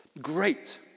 great